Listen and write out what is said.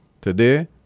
today